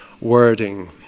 wording